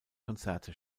konzerte